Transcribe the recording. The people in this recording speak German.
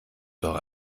doch